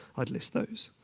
i would list those.